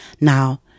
Now